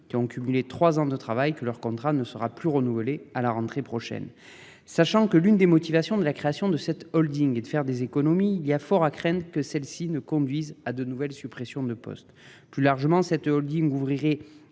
qui ont cumulé trois ans de travail, que leur contrat ne sera plus renouvelé à la rentrée prochaine sachant que l'une des motivations de la création de cette Holding et de faire des économies, il y a fort à craindre que celle-ci ne conduise à de nouvelles suppressions de postes. Plus largement, cette Holding ouvrirez